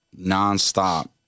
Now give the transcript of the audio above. nonstop